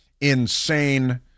insane